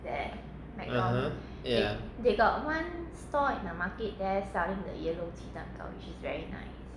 (uh huh) yeah